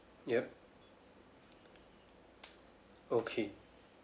yup okay